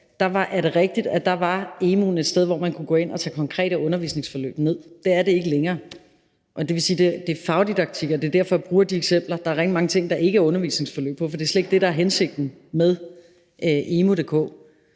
Men det er rigtigt, at emu.dk i gamle dage var et sted, hvor man kunne gå ind og tage konkrete undervisningsforløb ned. Det er det ikke længere, og det vil sige, at det er fagdidaktik, og det er derfor, jeg bruger de eksempler. Der er rigtig mange ting, der ikke er undervisningsforløb på, for det er slet ikke det, der er hensigten med emu.dk.